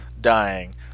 dying